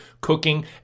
cooking